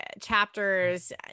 chapters